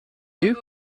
you